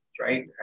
right